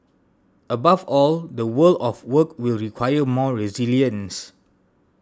above all the world of work will require more resilience